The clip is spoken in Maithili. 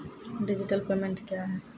डिजिटल पेमेंट क्या हैं?